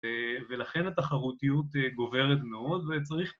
ולכן התחרותיות גוברת מאוד וצריך...